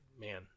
man